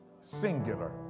Singular